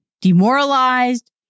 demoralized